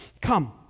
Come